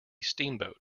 steamboat